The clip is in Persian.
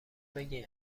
بگین